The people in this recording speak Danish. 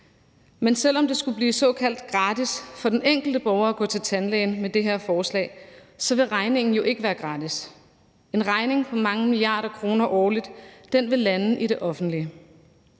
Men selv om det skulle blive såkaldt gratis for den enkelte borger at gå til tandlæge med det her forslag, vil regningen jo ikke være gratis. En regning på mange milliarder kroner årligt vil lande i det offentlige.